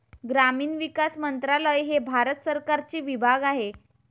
ग्रामीण विकास मंत्रालय हे भारत सरकारचे विभाग आहे